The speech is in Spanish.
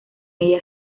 ella